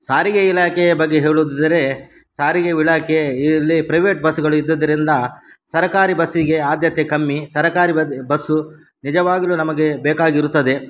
ಸಾರಿಗೆ ಇಲಾಖೆಯ ಬಗ್ಗೆ ಹೇಳುವುದಿದ್ದರೆ ಸಾರಿಗೆ ಇಲಾಖೆ ಇಲ್ಲಿ ಪ್ರೈವೇಟ್ ಬಸ್ಗಳು ಇದ್ದಿದ್ರಿಂದ ಸರಕಾರಿ ಬಸ್ಸಿಗೆ ಆದ್ಯತೆ ಕಮ್ಮಿ ಸರಕಾರಿ ಬಸ್ಸು ನಿಜವಾಗಿಯೂ ನಮಗೆ ಬೇಕಾಗಿರುತ್ತದೆ